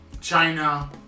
China